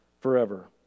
forever